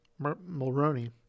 Mulroney